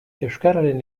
euskararen